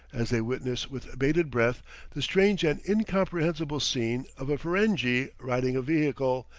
as they witness with bated breath the strange and incomprehensible scene of a ferenghi riding a vehicle,